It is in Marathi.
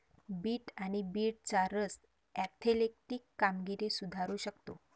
बीट आणि बीटचा रस ऍथलेटिक कामगिरी सुधारू शकतो